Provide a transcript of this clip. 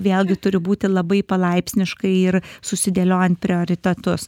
vėlgi turi būti labai palaipsniškai ir susidėliojant prioritetus